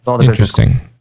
Interesting